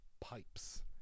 pipes